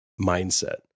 mindset